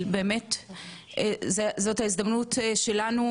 זו ההזדמנות שלנו.